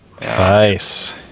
Nice